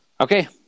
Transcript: Okay